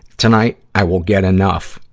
tonight, i will get enough,